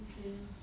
okay